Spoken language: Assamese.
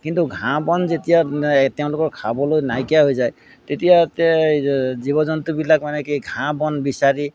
কিন্তু ঘাঁহ বন যেতিয়া তেওঁলোকৰ খাবলৈ নাইকিয়া হৈ যায় তেতিয়া জীৱ জন্তুবিলাক মানে কি ঘাঁহ বন বিচাৰি